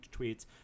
tweets